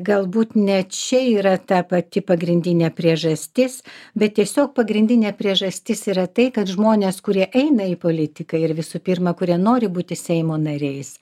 galbūt ne čia yra ta pati pagrindinė priežastis bet tiesiog pagrindinė priežastis yra tai kad žmonės kurie eina į politiką ir visų pirma kurie nori būti seimo nariais